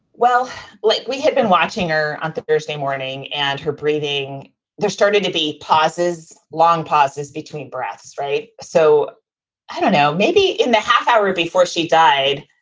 well, like we had been watching her on thursday morning and her breathing there started to be pauses, long pauses between breaths. right. so i don't know, maybe in the half hour before she died,